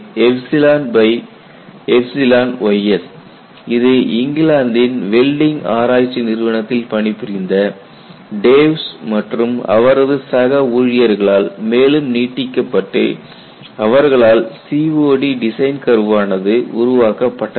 2ysays இது இங்கிலாந்தின் welding ஆராய்ச்சி நிறுவனத்தில் பணிபுரிந்த டேவ்ஸ் Dawe's மற்றும் அவரது சக ஊழியர்களால் மேலும் நீட்டிக்கப்பட்டு அவர்களால் COD டிசைன் கர்வானது உருவாக்கப்பட்டது